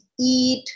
eat